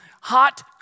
Hot